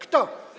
Kto?